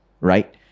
right